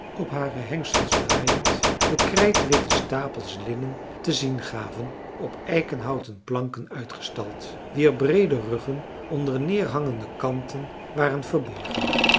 op hare hengsels draaiend de krijtwitte stapels linnen te zien gaven op eikenhouten planken uitgestald wier breede ruggen onder neerhangende kanten waren verborgen